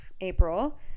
april